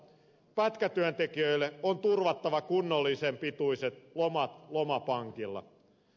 pätkätyöntekijöille on turvattava kunnollisen pituiset lomat lomapankilla